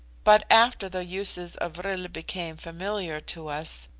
but after the uses of vril became familiar to us,